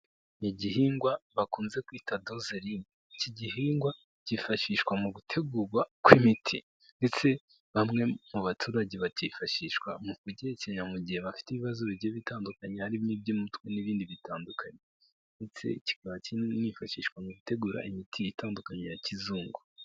Ni igihingwa bakunze kwita dozeline. Iki gihingwa kifashishwa mu gutegugwa kw'imiti ndetse bamwe mu baturage bakifashishwa mu kugihekenya mu gihe bafite ibibazo bigiye bitandukanye harimo iby'umutwe n'ibindi bitandukanye ndetse kikaba kininifashishwa mu gutegura imiti itandukanye ya kizungu.